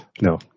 no